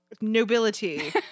nobility